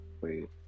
wait